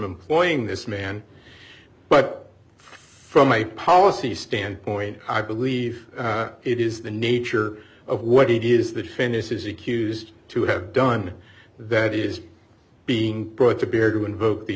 employing this man but from my policy standpoint i believe it is the nature of what it is that when this is accused to have done that is being brought to bear to invoke the